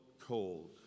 cold